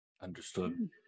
Understood